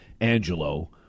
Angelo